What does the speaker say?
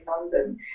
London